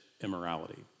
immorality